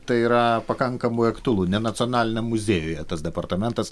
tai yra pakankamai aktualu ne nacionaliniam muziejuje tas departamentas